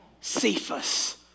Cephas